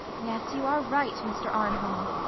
yes! you are right, mr. arnholm.